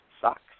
socks